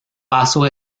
paso